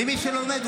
ומי שלא לומד,